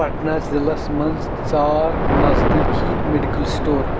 پٹنا ضلعس مَنٛز ژار نزدیٖکی میڈکل سٹور